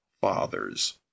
fathers